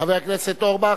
חבר הכנסת אורבך.